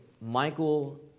Michael